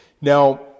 Now